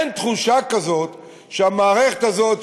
אין תחושה כזאת שהמערכת הזאת,